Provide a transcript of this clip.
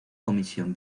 comisión